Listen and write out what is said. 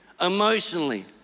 emotionally